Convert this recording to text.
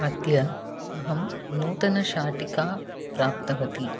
अद्य अहं नूतनां शाटिकां प्राप्तवती